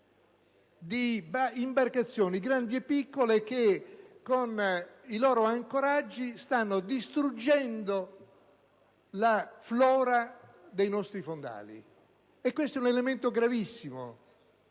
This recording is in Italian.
di imbarcazioni, grandi e piccole, che con i loro ancoraggi stanno distruggendo la flora dei nostri fondali. Questa è una situazione gravissima,